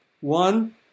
One